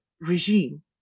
regime